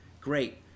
great